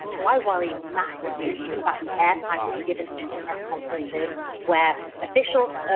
so i worry massively even about the airtime that's given to these press conferences where officials,